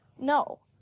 No